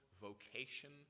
vocation